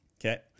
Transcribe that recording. Okay